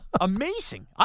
Amazing